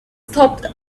stopped